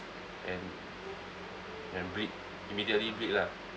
and and bleed immediately bleed lah